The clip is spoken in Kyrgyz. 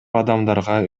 адамдарга